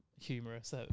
Humorous